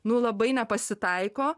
nu labai nepasitaiko